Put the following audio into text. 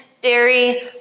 dairy